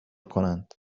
کنند